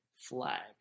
flag